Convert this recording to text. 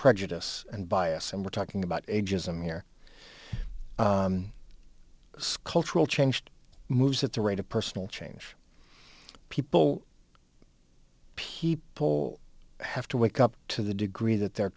prejudice and bias and we're talking about ageism here cultural changed moves at the rate of personal change people people have to wake up to the degree that they're